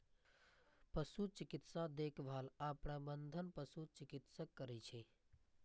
पशु चिकित्सा देखभाल आ प्रबंधन पशु चिकित्सक करै छै